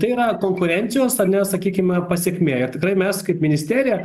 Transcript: tai yra konkurencijos ar ne sakykime pasekmė ir tikrai mes kaip ministerija